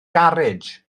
garej